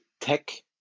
tech